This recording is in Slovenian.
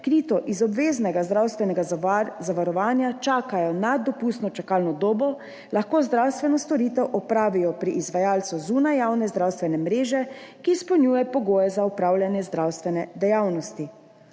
krito iz obveznega zdravstvenega zavarovanja, čakajo nad dopustno čakalno dobo, zdravstveno storitev opravijo pri izvajalcu zunaj javne zdravstvene mreže, ki izpolnjuje pogoje za opravljanje zdravstvene dejavnosti.